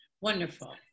Wonderful